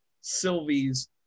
Sylvie's